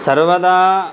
सर्वदा